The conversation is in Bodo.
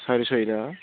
साराय सय ना